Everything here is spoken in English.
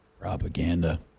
Propaganda